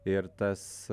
ir tas